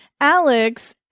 Alex